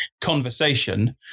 conversation